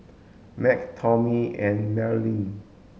Mack Tommy and Maryann